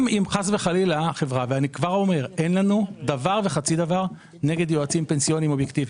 אני כבר אומר שאין לנו דבר וחצי דבר נגד יועצים פנסיוניים אובייקטיביים.